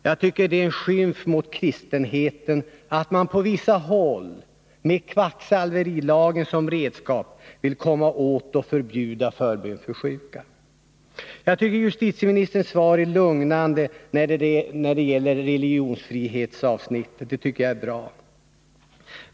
Jag tycker att det är en skymf mot kristenheten att man, på vissa håll, med kvacksalverilagen som redskap vill komma åt och förbjuda förbön för sjuka. Justitieministerns svar är lugnande när det gäller avsnittet om religionsfrihet. Det som sägs där är bra.